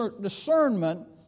discernment